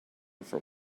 for